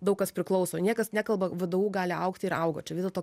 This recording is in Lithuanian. daug kas priklauso niekas nekalba vdu gali augti ir augo čia vis dėlto